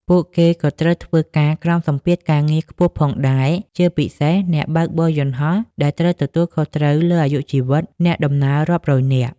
ពួកគេក៏ត្រូវធ្វើការក្រោមសម្ពាធការងារខ្ពស់ផងដែរ ជាពិសេសអ្នកបើកបរយន្តហោះដែលត្រូវទទួលខុសត្រូវលើអាយុជីវិតអ្នកដំណើររាប់រយនាក់។